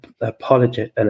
apology